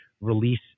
release